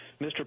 Mr